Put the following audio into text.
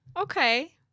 Okay